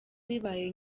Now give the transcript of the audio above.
bibaye